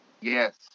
Yes